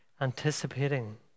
anticipating